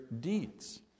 deeds